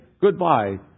Goodbye